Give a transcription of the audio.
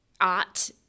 art